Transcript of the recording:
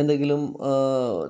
എന്തെങ്കിലും